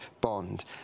bond